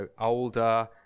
older